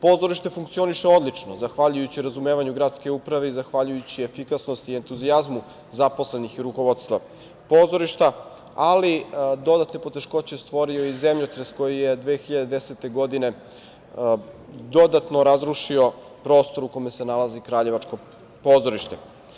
Pozorište funkcioniše odlično zahvaljujući razumevanju gradske uprave i zahvaljujući efikasnosti i entuzijazmu zaposlenih i rukovodstva pozorišta, ali dodatne poteškoće stvorio je i zemljotres koji je 2010. godine dodatno razrušio prostor u kome se nalazi kraljevačko pozorište.